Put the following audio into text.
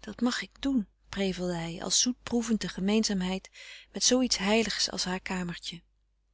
dat mag ik doen prevelde hij als zoetproevend de gemeenzaamheid met zoo iets heiligs als haar kamertje